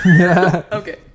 Okay